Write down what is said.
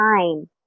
time